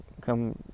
come